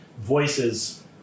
voices